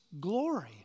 glory